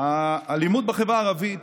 האלימות בחברה הערבית,